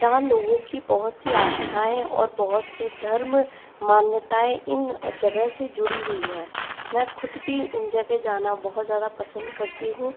जहाँ लोगों की बहुत सी आस्थाएँ और बहुत से धर्म मान्यताएँ इन जगह से जुड़ी हुई हैं मैं खुद भी इन जगह जाना बहुत ज़्यादा पसंद करती हूँ